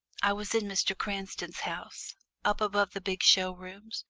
i was in mr. cranston's house up above the big show-rooms,